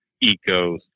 eco